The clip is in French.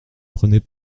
prenez